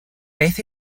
beth